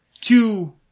two